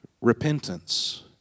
Repentance